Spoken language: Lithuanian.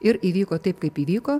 ir įvyko taip kaip įvyko